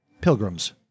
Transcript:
Pilgrims